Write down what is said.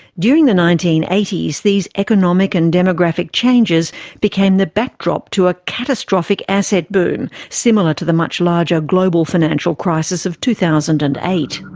during the nineteen eighty s these economic and demographic changes became the backdrop to a catastrophic asset boom, similar to the much larger global financial crisis of two thousand and eight.